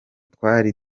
twari